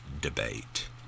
debate